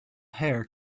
hair